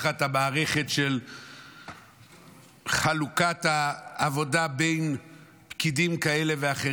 המערכת של חלוקת העבודה בין פקידים כאלה ואחרים,